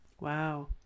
Wow